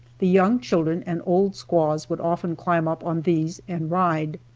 the young children and old squaws would often climb up on these and ride.